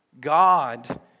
God